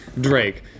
Drake